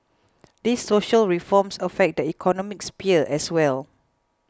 these social reforms affect the economic sphere as well